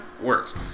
Works